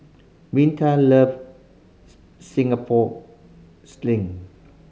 Minta loves Singapore Sling